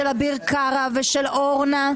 של אביר קארה ושל אורנה.